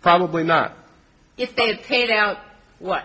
probably not if they paid out what